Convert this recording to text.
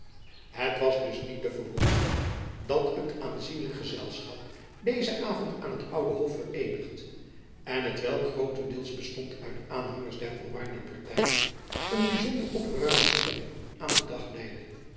het was dus niet te verwonderen dat het aanzienlijk gezelschap dezen avond aan het oude hof vereenigd en't welk grootendeels bestond uit aanhangers der oranje party een byzonder opgeruimde stemming aan den dag leide